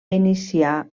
iniciar